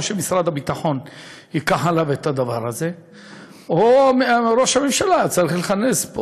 או שמשרד הביטחון ייקח עליו את הדבר הזה או שראש הממשלה צריך להיכנס פה.